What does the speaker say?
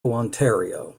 ontario